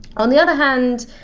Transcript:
on the other hand,